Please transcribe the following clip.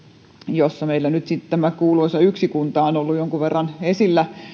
jossa meillä nyt tämä kuuluisa yksi kunta on ollut jonkun verran esillä